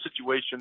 situation